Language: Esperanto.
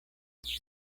estis